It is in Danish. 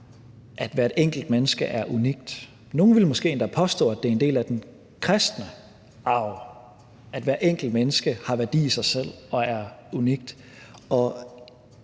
at hvert enkelt menneske er unikt? Nogle vil måske endda påstå, at det er en del af den kristne arv, at hvert enkelt menneske har en værdi i sig selv og er unikt,